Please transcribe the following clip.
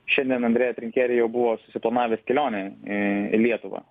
šiandien andre trikieri jau buvo susiplanavęs kelionę iii į lietuvą